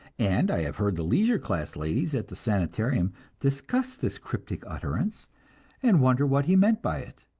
and i have heard the leisure class ladies at the sanitarium discuss this cryptic utterance and wonder what he meant by it.